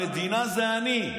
המדינה זה אני.